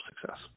success